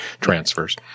transfers